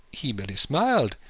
he merely smiled.